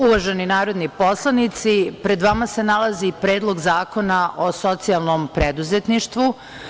Uvaženi narodni poslanici, pred vama se nalazi Predlog zakona o socijalnom preduzetništvu.